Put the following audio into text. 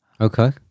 Okay